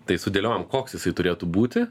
tai sudėliojom koks jisai turėtų būti